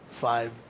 five